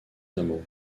hameaux